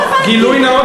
לא הבנתי למה זה